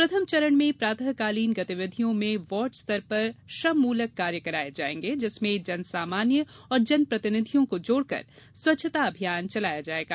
प्रथम चरण में प्रातकालीन गतिविधियों में वार्ड स्तर पर श्रममूलक कार्य कराये जायेंगे जिसमें जन सामान्य और जन प्रतिनिधियों को जोड़कर स्वच्छता अभियान चलाया जाएगा